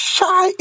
shy